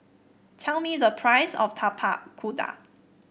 tell me the price of Tapak Kuda